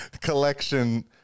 Collection